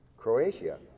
Croatia